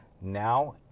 Now